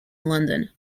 london